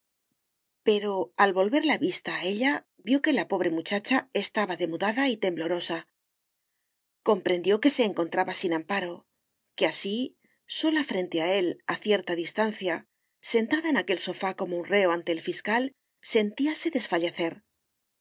pero al volver la vista a ella vio que la pobre muchacha estaba demudada y temblorosa comprendió que se encontraba sin amparo que así sola frente a él a cierta distancia sentada en aquel sofá como un reo ante el fiscal sentíase desfallecer